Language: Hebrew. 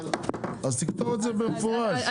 אז תכתוב את זה במפורש.